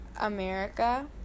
America